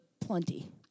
plenty